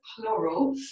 plural